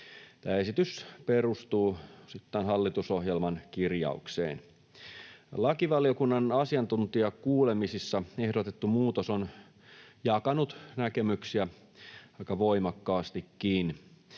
Tämä esitys perustuu osittain hallitusohjelman kirjaukseen. Lakivaliokunnan asiantuntijakuulemisissa ehdotettu muutos on jakanut näkemyksiä aika voimakkaastikin.